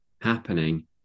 happening